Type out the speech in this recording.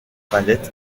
palette